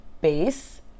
base